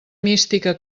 mística